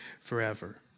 forever